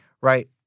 right